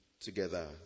together